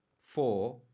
four